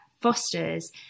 fosters